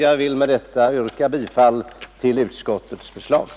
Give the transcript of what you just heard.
Jag vill med detta yrka bifall till utskottets hemställan.